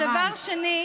ודבר שני,